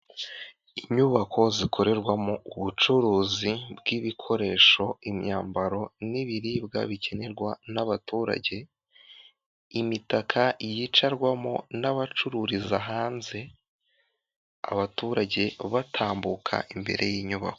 Inyubako zikorerwa ubucuruzi bw'ibikoresho, imyambaro n'ibiribwa bikenerwa n'abaturage, imitaka yicarwamo n'abacururiza hanze, abaturage batambuka imbere y'inyubako.